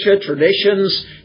traditions